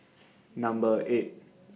Number eight